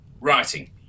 Writing